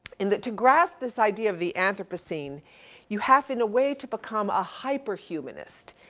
in that to grasp this idea of the anthropocene you have in a way to become a hyper humanist.